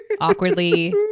awkwardly